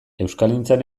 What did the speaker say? euskalgintzan